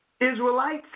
Israelites